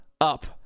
up